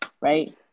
right